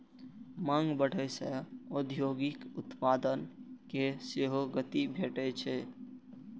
मांग बढ़ै सं औद्योगिक उत्पादन कें सेहो गति भेटै छै